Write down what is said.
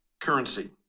currency